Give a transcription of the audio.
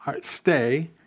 stay